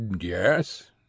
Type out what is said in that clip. yes